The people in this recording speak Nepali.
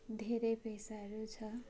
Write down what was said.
धेरै पेसाहरू छ